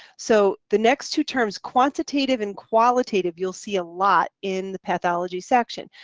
so the next two terms quantitative and qualitative, you'll see a lot in the pathology section.